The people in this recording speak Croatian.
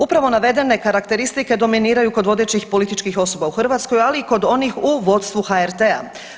Upravo navedene karakteristike dominiraju kod vodećih političkih osoba u Hrvatskoj, ali i kod onih u vodstvu HRT-a.